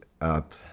up